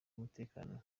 umutekano